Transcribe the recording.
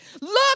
Look